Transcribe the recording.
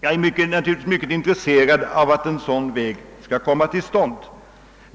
Jag är naturligtvis mycket intresserad av att en sådan väg kommer till stånd.